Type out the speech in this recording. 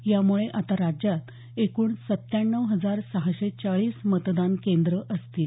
यामुळे आता राज्यात एकूण सत्त्याण्णव हजार सहाशे चाळीस मतदान केंद्रं असतील